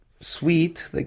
Sweet